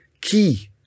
key